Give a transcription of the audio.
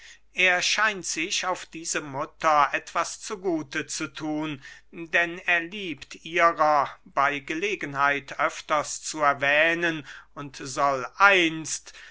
er scheint sich auf diese mutter etwas zu gute zu thun denn er liebt ihrer bey gelegenheit öfters zu erwähnen und soll einst